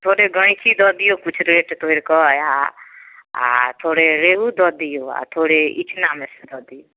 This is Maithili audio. थोड़े गैँची दऽ दिऔ किछु रेट तोड़िकऽ आओर आओर थोड़े रेहू दऽ दिऔ आओर थोड़े इचनामेसँ दऽ दिऔ